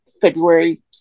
February